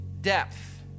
depth